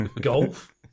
golf